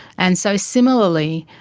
and so similarly,